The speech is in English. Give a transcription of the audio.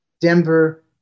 Denver